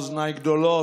אוזניי גדולות,